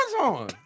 on